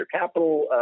capital